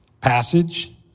passage